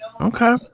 Okay